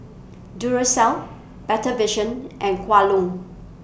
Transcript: Duracell Better Vision and Kwan Loong